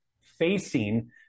facing